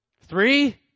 Three